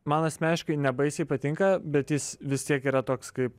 man asmeniškai nebaisiai patinka bet jis vis tiek yra toks kaip